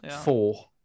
four